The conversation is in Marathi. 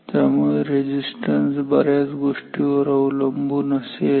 त्यामुळे रेझिस्टन्स बऱ्याच गोष्टीवर अवलंबून असेल